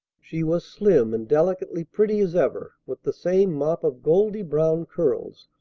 she was slim and delicately pretty as ever, with the same mop of goldy-brown curls,